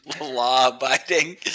law-abiding